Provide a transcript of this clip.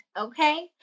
okay